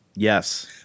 Yes